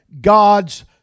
God's